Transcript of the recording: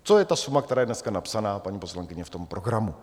To je ta suma, která je dneska napsaná, paní poslankyně, v tom programu.